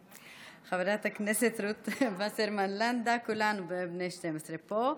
חברת הכנסת רות וסרמן לנדה, כולנו בני 12 פה.